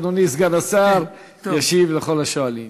אדוני סגן השר ישיב לכל השואלים.